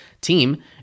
team